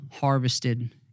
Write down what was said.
harvested